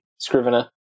scrivener